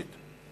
אין מתנגדים,